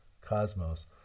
cosmos